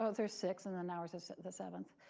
ah there's six. and then, ours is the seventh.